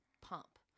pump